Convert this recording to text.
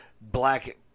black